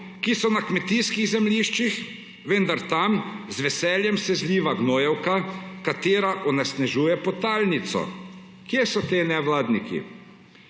ki so na kmetijskih zemljiščih, vendar se tja z veseljem zliva gnojevka, ki onesnažuje podtalnico. Kje so ti nevladniki?